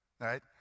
Right